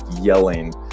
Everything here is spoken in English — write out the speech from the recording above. yelling